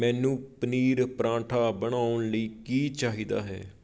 ਮੈਨੂੰ ਪਨੀਰ ਪਰਾਂਠਾ ਬਣਾਉਣ ਲਈ ਕੀ ਚਾਹੀਦਾ ਹੈ